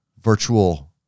virtual